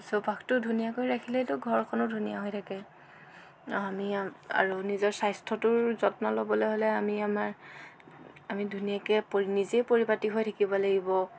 চৌপাশটো ধুনীয়াকৈ ৰাখিলেতো ঘৰখনো ধুনীয়া হৈ থাকে আমি আৰু নিজৰ স্বাস্থ্যটোৰ যত্ন ল'বলৈ হ'লে আমি আমাৰ আমি ধুনীয়াকৈ পৰি নিজে পৰিপাতি হৈ থাকিব লাগিব